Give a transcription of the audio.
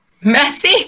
Messy